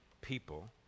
people